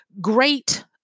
great